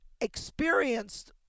experienced